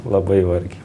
labai vargiai